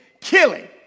killing